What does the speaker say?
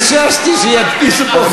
זה מה שחששתי, שידפיסו פה חולצות עם צ'ה גווארה.